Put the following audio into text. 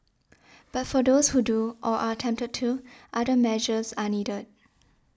but for those who do or are tempted to other measures are needed